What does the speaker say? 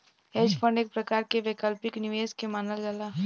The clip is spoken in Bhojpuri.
हेज फंड एक प्रकार के वैकल्पिक निवेश के मानल जाला